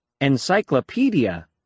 Encyclopedia